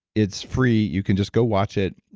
it's free. you can just go watch it.